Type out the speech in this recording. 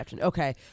okay